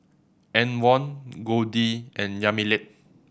Antwon Goldie and Yamilet